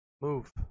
Move